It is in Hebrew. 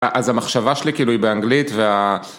אז המחשבה שלי כאילו היא באנגלית וה...